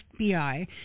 FBI